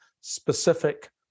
specific